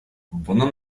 воно